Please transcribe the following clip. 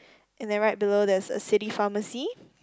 and then right below there's a city pharmacy